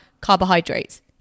carbohydrates